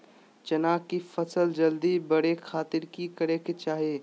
चना की फसल जल्दी बड़े खातिर की करे के चाही?